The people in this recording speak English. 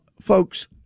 folks